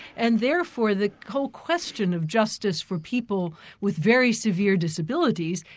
and therefore the whole question of justice for people with very severe disabilities,